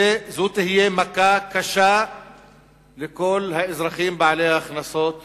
זו תהיה מכה קשה לכל האזרחים בעלי ההכנסות